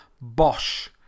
bosch